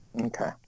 Okay